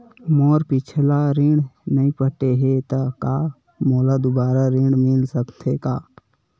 मोर पिछला ऋण नइ पटे हे त का मोला दुबारा ऋण मिल सकथे का?